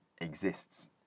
exists